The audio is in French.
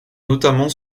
notamment